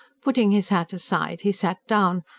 putting his hat aside he sat down,